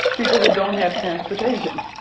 people who don't have transportation,